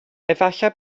efallai